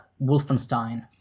Wolfenstein